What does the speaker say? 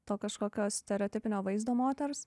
to kažkokio stereotipinio vaizdo moters